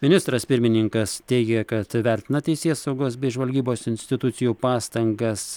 ministras pirmininkas teigė kad vertina teisėsaugos bei žvalgybos institucijų pastangas